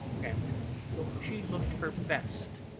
and she looked her best,